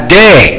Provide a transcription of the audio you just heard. day